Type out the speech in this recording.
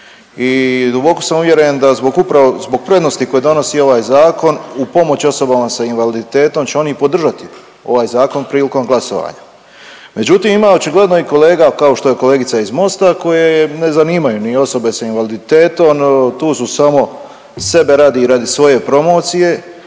I duboko sam uvjeren da zbog upravo, zbog prednosti koje donosi ovaj zakon u pomoći osobama s invaliditetom će oni i podržati ga ovaj zakon prilikom glasovanja. Međutim, ima očigledno i kolega kao što je kolegica iz MOST-a koje ne zanimaju ni osobe sa invaliditetom, tu samo sebe radi i radi svoje promocije,